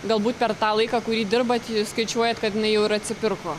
galbūt per tą laiką kurį dirbat jūs skaičiuojat kad jinai jau atsipirko